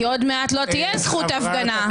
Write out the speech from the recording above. כי עוד מעט לא תהיה זכות הפגנה.